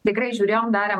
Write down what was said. tikrai žiūrėjom darėm